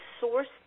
Source